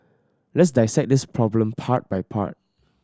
let's dissect this problem part by part